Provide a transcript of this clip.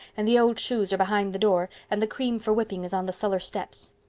and the old shoes are behind the door, and the cream for whipping is on the sullar steps.